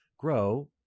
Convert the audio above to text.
grow